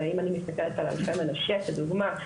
אם אני מסתכלת על אלפי מנשה, כדוגמה: